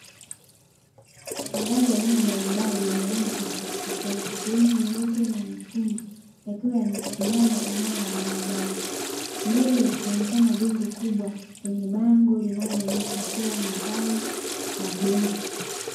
Magari ya aina mbalimbali yenye rangi tofautitofauti ikiwemo nyeupe na nyekundu yakiwa yamesimama eneo la barabara. Mbele likionekana jengo kubwa lenye bango linaloonyesha kuwa ni tawi la benki.